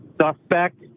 suspect